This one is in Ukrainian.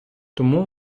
тому